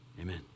amen